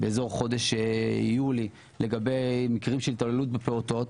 בחודש יולי בערך, לגבי מקרים של התעללות בפעוטות